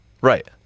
right